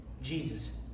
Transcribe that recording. Jesus